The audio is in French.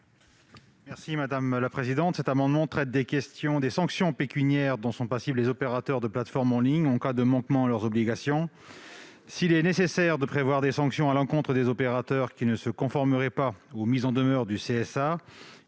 M. Stéphane Artano. Cet amendement a pour objet les sanctions pécuniaires dont sont passibles les opérateurs de plateformes en ligne en cas de manquement à leurs obligations. S'il est nécessaire de prévoir des sanctions à l'encontre des opérateurs qui ne se conformeraient pas aux mises en demeure du CSA,